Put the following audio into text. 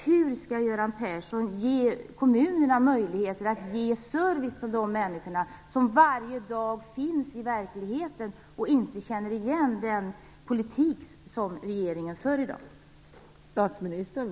Hur skall Göran Persson ge kommunerna möjlighet att ge service till de människor som varje dag finns i verkligheten och som inte känner igen den politik som regeringen för?